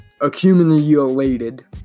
accumulated